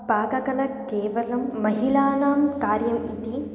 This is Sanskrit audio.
पाककला केवलं महिलानां कार्यम् इति